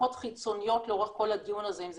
מצוקות חיצוניות לאורך כל הדיון הזה, אם זה